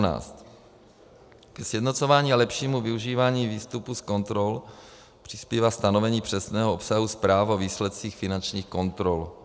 Ke sjednocování a lepšímu využívání výstupů z kontrol přispívá stanovení přesného obsahu zpráv o výsledcích finančních kontrol.